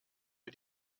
für